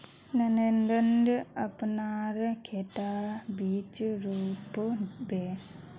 नरेंद्रक अपनार खेतत बीज रोप बे